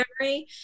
memory